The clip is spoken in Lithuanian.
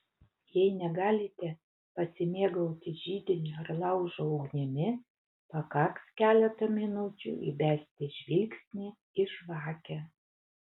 jei negalite pasimėgauti židinio ar laužo ugnimi pakaks keletą minučių įbesti žvilgsnį į žvakę